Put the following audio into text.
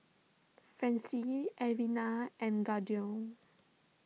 Francis Alwina and